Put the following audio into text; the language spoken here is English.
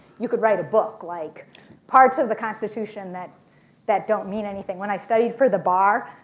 you could write a book. like parts of the constitution that that don't mean anything. when i studied for the bar,